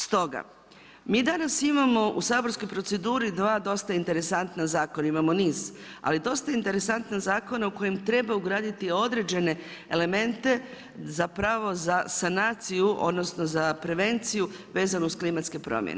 Stoga, mi danas imamo u saborskoj proceduri sva dosta interesantna zakona, imamo niz ali dosta interesantna zakona u kojem treba ugraditi određene elemente zapravo za sanaciju odnosno za prevenciju vezano uz klimatske promjene.